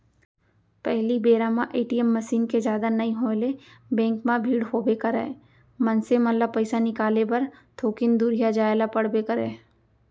पहिली बेरा म ए.टी.एम मसीन के जादा नइ होय ले बेंक म भीड़ होबे करय, मनसे मन ल पइसा निकाले बर थोकिन दुरिहा जाय बर पड़बे करय